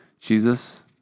Jesus